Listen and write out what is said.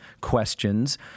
questions